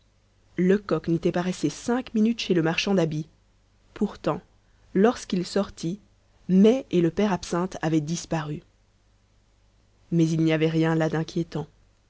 lecoq n'était pas resté cinq minutes chez le marchand d'habits pourtant lorsqu'il sortit mai et le père absinthe avaient disparu mais il n'y avait rien là d'inquiétant